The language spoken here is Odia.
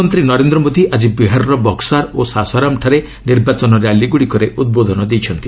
ପ୍ରଧାନମନ୍ତ୍ରୀ ନରେନ୍ଦ୍ର ମୋଦି ଆଜି ବିହାରର ବକ୍କାର ଓ ସାସାରାମଠାରେ ନିର୍ବାଚନ ର୍ୟାଲିଗୁଡ଼ିକରେ ଉଦ୍ବୋଧନ ଦେଇଛନ୍ତି